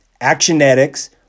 Actionetics